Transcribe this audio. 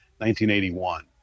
1981